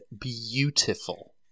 beautiful